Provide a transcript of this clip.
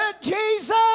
Jesus